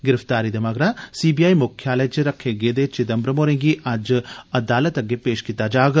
गिरफ्तारी दे मगरा सीबीआई म्ख्यालय च रक्खे गेदे चिदम्बरम होरें'गी अज्ज अदालत अग्गे पेश कीता जाग